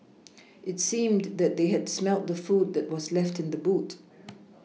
it seemed that they had smelt the food that was left in the boot